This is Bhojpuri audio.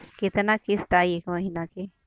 कितना किस्त आई एक महीना के?